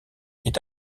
est